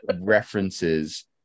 references